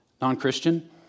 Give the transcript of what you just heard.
Non-Christian